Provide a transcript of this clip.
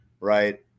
right